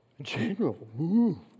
General